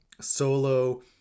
Solo